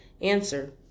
answer